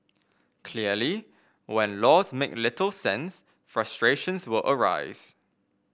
clearly when laws make little sense frustrations will arise